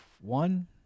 one